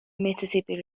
mississippi